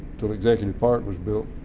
until executive park was built,